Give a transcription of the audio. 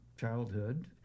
childhood